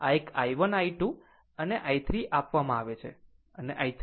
આ એક i1 i2 અને i 3 આપવામાં આવે છે અને i 3